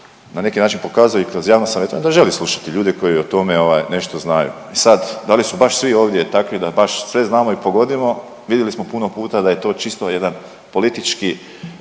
na neki način pokazao i kroz javno savjetovanje da želi slušati ljude koji o tome nešto znaju. I sad da li su baš svi ovdje takvi da baš sve znamo i pogodimo vidjeli smo puno puta da je to čisto jedan politički